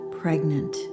pregnant